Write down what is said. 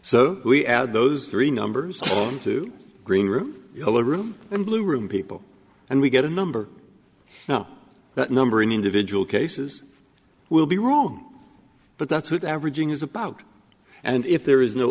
so we add those three numbers to green room yellow room and blue room people and we get a number now that number in individual cases will be wrong but that's what averaging is about and if there is no